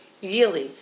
yearly